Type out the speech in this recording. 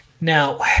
now